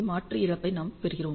மாற்று இழப்பை நாம் பெறுகிறோம்